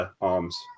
arms